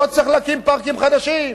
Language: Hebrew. לא צריך להקים פארקים חדשים,